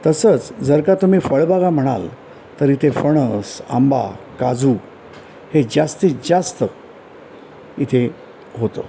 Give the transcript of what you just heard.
तसंच जर का तुम्ही फळबागा म्हणाल तर इथे फणस आंबा काजू हे जास्तीत जास्त इथे होतं